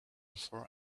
for